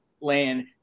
land